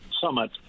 summit